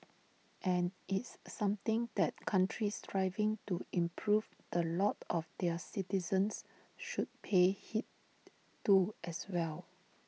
and it's something that countries striving to improve the lot of their citizens should pay heed to as well